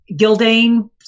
Gildane